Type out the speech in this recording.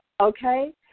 okay